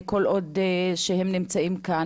כל עוד הם נמצאים כאן?